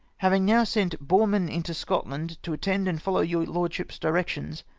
having now sent boreman into scotland to attend and follow your lordship's directions,